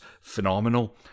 phenomenal